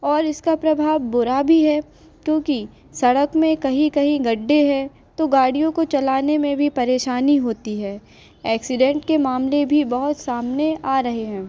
और इसका प्रभाव बुरा भी है क्योंकि सड़क में कहीं कहीं गड्ढे हैं तो गाड़ियों को चलाने में भी परेशानी होती है एक्सीडेंट के मामले भी बहुत सामने आ रहे हैं